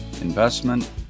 investment